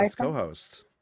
co-host